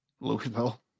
Louisville